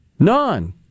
None